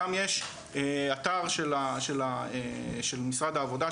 גם יש אתר של משרד העבודה,